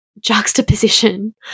juxtaposition